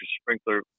sprinkler